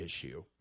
issue